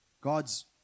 God's